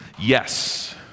Yes